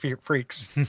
Freaks